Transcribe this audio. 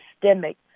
systemic